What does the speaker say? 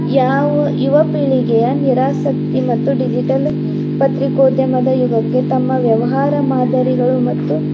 ಯಾವ ಯುವ ಪೀಳಿಗೆಯ ನಿರಾಸಕ್ತಿ ಮತ್ತು ಡಿಜಿಟಲ್ ಪತ್ರಿಕೋದ್ಯಮದ ಯುಗಕ್ಕೆ ತಮ್ಮ ವ್ಯವಹಾರ ಮಾದರಿಗಳು ಮತ್ತು